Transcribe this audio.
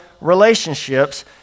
relationships